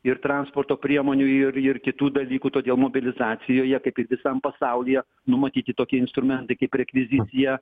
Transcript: ir transporto priemonių ir ir kitų dalykų todėl mobilizacijoje kaip ir visam pasaulyje numatyti tokie instrumentai kaip rekvizicija